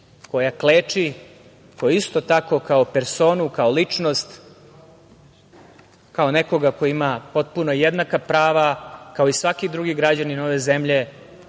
koja kleči, koju isto tako kao personu, kao ličnost, kao nekoga ko ima potpuno jednaka prava, kao i svaki drugi građanin ove zemlje